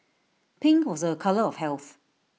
pink was A colour of health